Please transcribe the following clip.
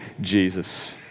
Jesus